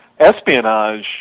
espionage